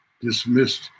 dismissed